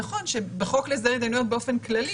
נכון שבחוק להסדרי התדיינויות באופן כללי